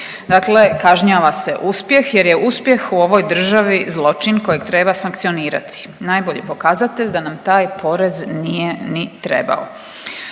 dakle kažnjava se uspjeh, jer je uspjeh u ovoj državi zločin kojeg treba sankcionirati. Najbolji pokazatelj da nam taj porez nije ni trebao.